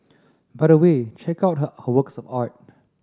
by the way check out her her works of art